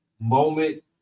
moment